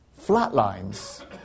flatlines